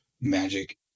magic